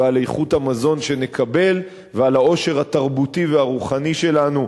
על איכות המזון שנקבל ועל העושר התרבותי והרוחני שלנו.